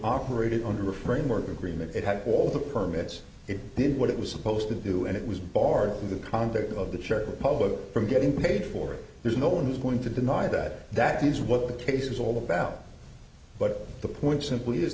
operated under a framework agreement it had all the permits it did what it was supposed to do and it was barred in the conduct of the czech republic from getting paid for it there's no one is going to deny that that is what the case is all about but the point simply is